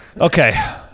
Okay